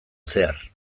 zehar